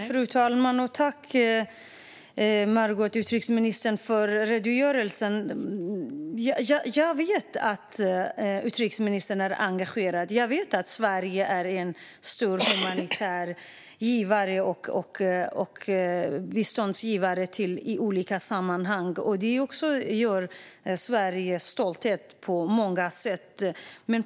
Fru talman! Tack för redogörelsen, utrikesministern! Jag vet att utrikesministern är engagerad. Jag vet att Sverige är en stor humanitär biståndsgivare i olika sammanhang. Detta ger en stolthet över Sverige på många sätt.